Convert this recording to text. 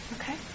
Okay